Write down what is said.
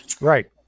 right